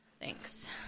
Thanks